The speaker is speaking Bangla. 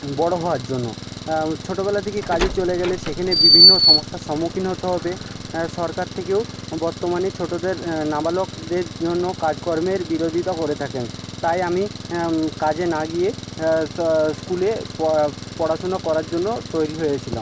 বড়ো হওয়ার জন্য ছোটোবেলা থেকেই কাজে চলে গেলে সেখানে বিভিন্ন সমস্যার সম্মুখীন হতে হবে হ্যাঁ সরকার থেকেও বর্তমানে ছোটোদের নাবালকদের জন্য কাজকর্মের বিরোধিতা করে থাকেন তাই আমি কাজে না গিয়ে স্কুলে পড়াশুনো করার জন্য তৈরি হয়েছিলাম